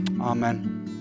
Amen